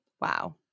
Wow